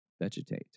vegetate